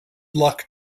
luck